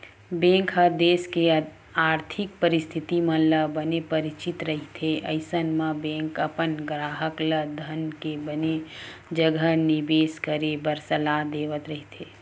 bank ह देस के आरथिक परिस्थिति मन ले बने परिचित रहिथे अइसन म बेंक अपन गराहक ल धन के बने जघा निबेस करे बर सलाह देवत रहिथे